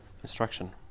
instruction